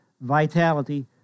vitality